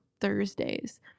Thursdays